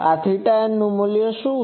તો આ θn નું મૂલ્ય શું છે